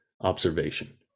observation